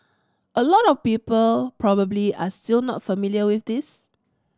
a lot of people probably are still not familiar with this